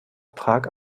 prag